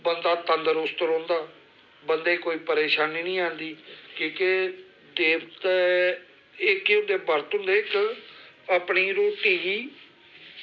बंदा तंदरुस्त रौंह्दा बंदे गी कोई परेशानी निं औंदी की के देवते एह् केह् होंदे बरत होंदे इक अपनी रुट्टी गी